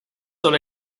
solo